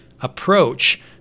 approach